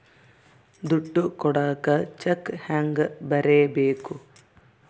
ದುಡ್ಡು ಕೊಡಾಕ ಚೆಕ್ ಹೆಂಗ ಬರೇಬೇಕು?